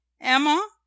emma